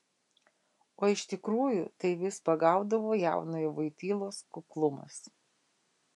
o iš tikrųjų tai vis pagaudavo jaunojo vojtylos kuklumas